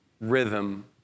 rhythm